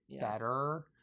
better